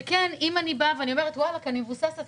אם אני אומרת: אני מבוססת,